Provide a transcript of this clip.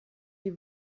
die